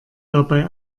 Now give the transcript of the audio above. dabei